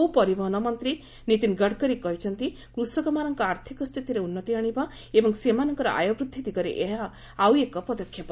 ନୌପରିବହନ ମନ୍ତ୍ରୀ ନୀତିନ ଗଡ଼କରୀ କହିଛନ୍ତି କୃଷକମାନଙ୍କ ଆର୍ଥିକ ସ୍ଥିତିରେ ଉନ୍ନତି ଆଶିବା ଏବଂ ସେମାନଙ୍କର ଆୟ ବୃଦ୍ଧି ଦିଗରେ ଏହା ଆଉ ଏକ ପଦକ୍ଷେପ